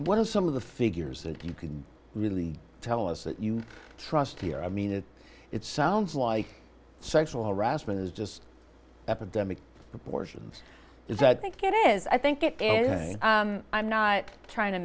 one of some of the figures that you can really tell us that you trust here i mean it sounds like sexual harassment is just epidemic proportions is that i think it is i think it is a i'm not trying to